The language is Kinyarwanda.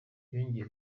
yongeye